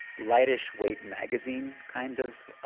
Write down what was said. lightish weight magazine kind of